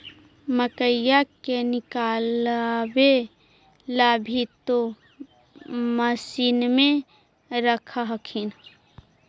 मकईया के निकलबे ला भी तो मसिनबे रख हखिन?